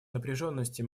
напряженности